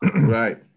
Right